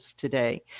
today